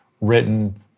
written